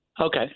Okay